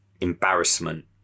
embarrassment